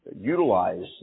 utilize